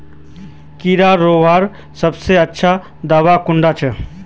कीड़ा रोकवार सबसे अच्छा दाबा कुनला छे?